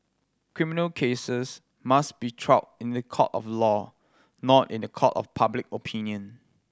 criminal cases must be tried in the court of law not in the court of public opinion